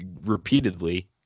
repeatedly